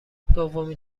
دومین